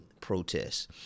protests